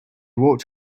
walked